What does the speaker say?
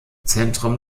zentrum